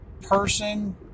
person